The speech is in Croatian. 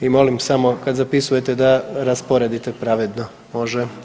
I molim samo kad zapisujete da rasporedite pravedno, može.